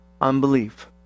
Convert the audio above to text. unbelief